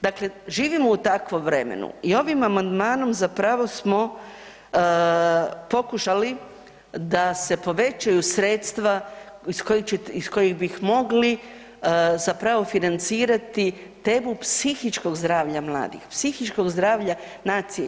Dakle, živimo u takvom vremenu i ovim amandmanom zapravo smo pokušali da se povećaju sredstava iz kojih će, iz kojih bih mogli zapravo financirati temu psihičkog zdravlja mladih, psihičkog zdravlja nacije.